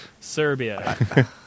Serbia